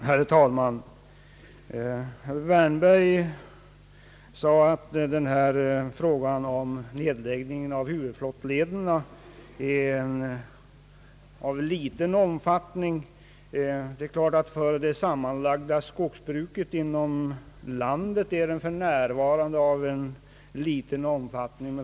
Herr talman! Herr Wärnberg sade att frågan om nedläggning av huvudflottlederna är av liten omfattning. Det är klart att den för det sammanlagda skogsbruket inom landet har liten omfattning.